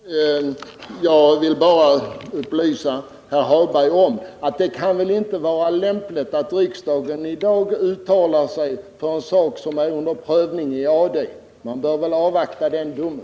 Herr talman! Jag vill bara upplysa herr Hagberg om att det väl inte kan vara lämpligt att riksdagen uttalar sig om en sak som håller på att prövas i AD. Man bör väl avvakta domen.